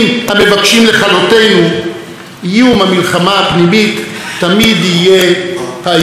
איום המלחמה הפנימית תמיד יהיה האיום החמור ביותר.